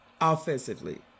offensively